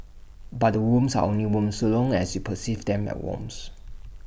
but the worms are only worms so long as you perceive them as worms